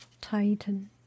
Titan